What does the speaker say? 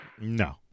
No